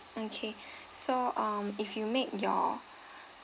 okay so um if you make your